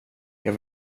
jag